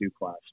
class